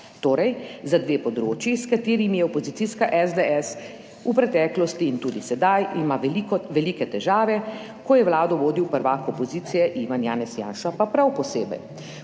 torej za dve področji s katerimi je opozicijska SDS v preteklosti in tudi sedaj ima velike težave, ko je vlado vodil prvak opozicije Ivan Janez Janša, pa prav posebej.